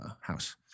house